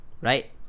right